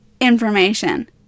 information